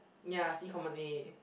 ya see common A